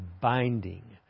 binding